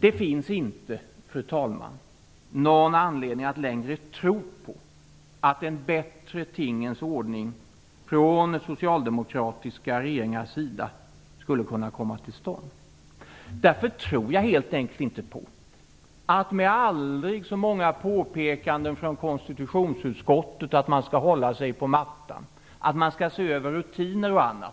Det finns inte, fru talman, någon anledning att längre tro att en bättre tingens ordning från socialdemokratiska regeringars sida skulle kunna komma till stånd. Därför tror jag helt enkelt inte på att aldrig så många påpekanden från konstitutionsutskottet om att man skall hålla sig på mattan, att man skall se över rutiner och annat